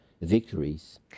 victories